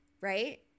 right